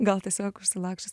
gal tiesiog užsilaksčius